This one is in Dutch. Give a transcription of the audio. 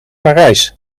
parijs